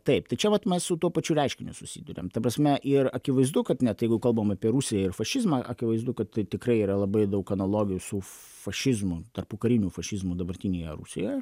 taip tai čia vat mes su tuo pačiu reiškiniu susiduriam ta prasme ir akivaizdu kad net jeigu kalbam apie rusiją ir fašizmą akivaizdu kad tai tikrai yra labai daug analogijų su fašizmu tarpukariniu fašizmu dabartinėje rusijoje